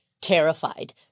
terrified